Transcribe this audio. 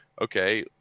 okay